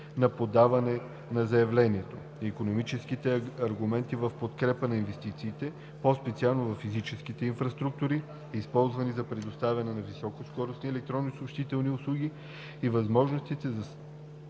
на подаване на заявлението, икономическите аргументи в подкрепа на инвестициите, по-специално във физическите инфраструктури, използвани за предоставяне на високоскоростни електронни съобщителни услуги, и възможностите за